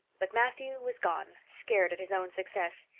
but matthew was gone, scared at his own success.